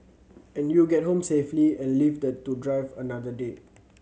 and you get home safely and lived to drive another day